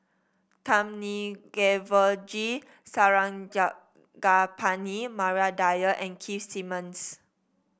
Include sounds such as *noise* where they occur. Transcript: *unintelligible* G *unintelligible* Maria Dyer and Keith Simmons